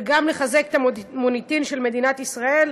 וגם לחזק את המוניטין של מדינת ישראל,